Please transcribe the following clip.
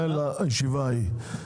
זה לישיבה ההיא.